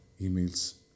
emails